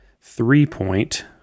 three-point